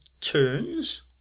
turns